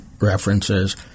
references